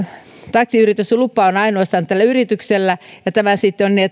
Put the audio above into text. taksiyrityslupa on ainoastaan tällä yrityksellä ja tämä sitten on niin